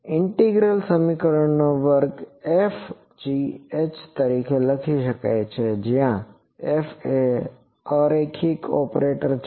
integral સમીકરણોનો વર્ગ Fh તરીકે લખી શકાય છે જ્યાં F એ અરૈખિક ઓપરેટર છે